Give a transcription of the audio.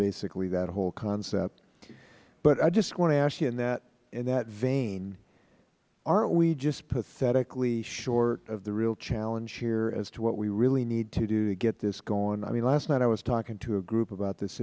basically that whole concept i want to ask you in that vein aren't we just pathetically short of the real challenge here as to what we really need to do to get this going i mean last night i was talking to a group about this